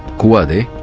who are they?